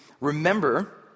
remember